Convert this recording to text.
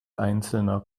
einzelner